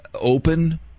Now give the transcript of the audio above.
open